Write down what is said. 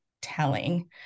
telling